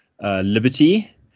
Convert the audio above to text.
Liberty